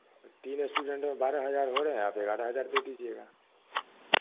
तीन एस्टूडेंट में और बारह हज़ार हो रहे हैं आप एक ग्यारह हज़ार दे दीजिएगा